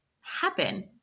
happen